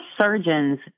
surgeons